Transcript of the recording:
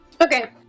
Okay